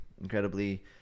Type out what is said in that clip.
incredibly